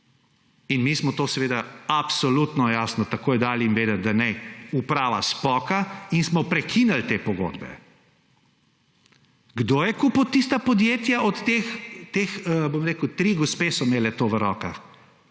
Mi smo jim seveda absolutno, jasno takoj dali vedeti, da naj uprava spoka, in smo prekinili te pogodbe. Kdo je kupil tista podjetja od teh, tri gospe so imele to v rokah?